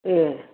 ए